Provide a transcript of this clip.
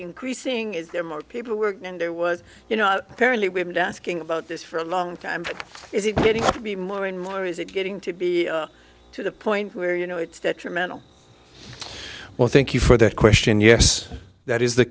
increasing is there more paperwork and there was you know apparently we have asking about this for a long time is it getting to be more and more is it getting to be to the point where you know it's detrimental well thank you for that question yes that is the